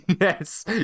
yes